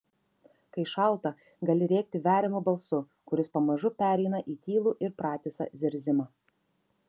kai šalta gali rėkti veriamu balsu kuris pamažu pereina į tylų ir pratisą zirzimą